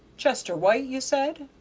chester white, you said?